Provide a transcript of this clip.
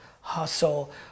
hustle